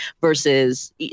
versus